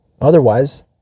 Otherwise